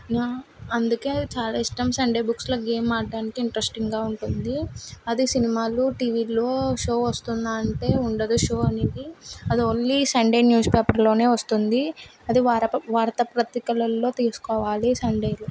నా అందుకే చాలా ఇష్టం సండే బుక్స్లో గేమ్ ఆడటానికి ఇంట్రెస్టింగ్గా ఉంటుంది అదే సినిమాలో టీవీలో షో వస్తుందా అంటే ఉండదు షో అనేది అది ఓన్లీ సండే న్యూస్ పేపర్లోనే వస్తుంది అది వార వార్త పత్రికలల్లో తీసుకోవాలి సండే